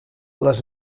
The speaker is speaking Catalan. les